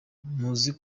muzi